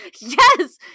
Yes